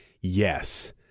Yes